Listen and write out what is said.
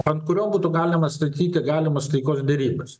ant kurio būtų galima statyti galimas taikos derybas